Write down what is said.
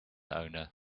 owner